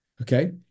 Okay